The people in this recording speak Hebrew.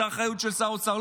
זו אחריות של שר האוצר.